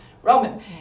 Roman